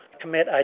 commit